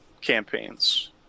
campaigns